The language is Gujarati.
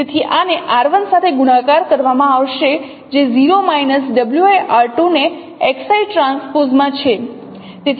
તેથી આને r 1 સાથે ગુણાકાર કરવામાં આવશે જે 0 માઈનસ w i r 2 ને X i ટ્રાન્સપોઝ માં છે